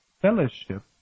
fellowship